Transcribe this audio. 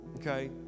okay